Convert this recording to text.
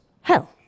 hell